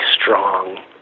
strong